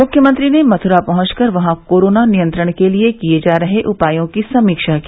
मुख्यमंत्री ने मथुरा पहंचकर वहां कोरोना नियंत्रण के लिये किये जा रहे उपायों की समीक्षा की